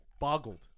boggled